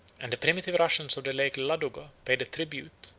and the primitive russians of the lake ladoga paid a tribute,